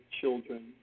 children